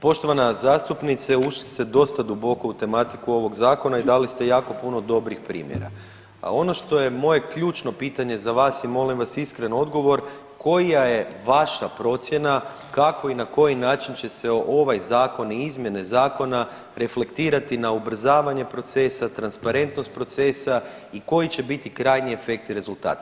Poštovana zastupnice ušli ste dosta duboko u tematiku ovog zakona i dali ste jako puno dobrih primjera, a ono što je moje ključno pitanje za vas je, molim vas iskren odgovor, koja je vaša procjena kako i na koji način će se ovaj zakon i izmjene zakona reflektirati na ubrzavanje procesa, transparentnost procesa i koji će biti krajnji efekt i rezultat?